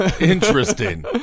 Interesting